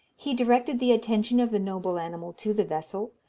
he directed the attention of the noble animal to the vessel,